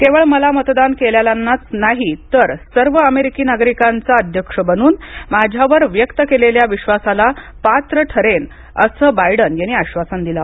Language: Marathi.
केवळ मला मतदान केलेल्यांचाच नाही तर सर्व अमेरिकी नागरिकांचा अध्यक्ष बनून माझ्यावर व्यक्त केलेल्या विश्वासाला पात्र ठरेन असं बायडन यांनी आश्वासन दिलं